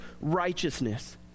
righteousness